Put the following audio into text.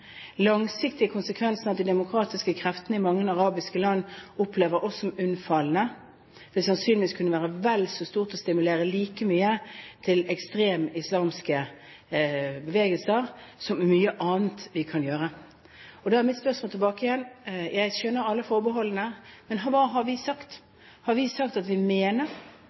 langsiktige konsekvenser for de demokratiske kreftene i mange arabiske land at de opplever oss som unnfallende. Det vil sannsynligvis kunne være vel så stort og stimulere like mye til ekstreme islamske bevegelser som mye annet vi kan gjøre. Jeg skjønner alle forbeholdene, men jeg gjentar spørsmålet: Hva har vi sagt? Har vi sagt at vi mener